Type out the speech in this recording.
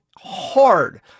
hard